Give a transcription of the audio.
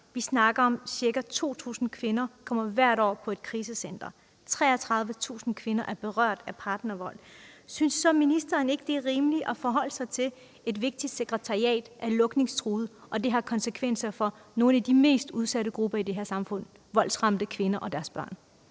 vi snakker om, at ca. 2.000 kvinder hvert år kommer på et krisecenter, og at 33.000 kvinder er berørt af partnervold – synes ministeren så ikke, at det er rimeligt at forholde sig til, at et vigtigt sekretariat er lukningstruet, og at det har konsekvenser for nogle af de mest udsatte grupper i det her samfund, nemlig voldsramte kvinder og deres børn?